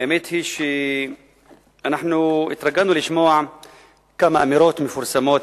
האמת היא שאנחנו התרגלנו לשמוע כמה אמירות מפורסמות,